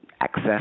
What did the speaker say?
access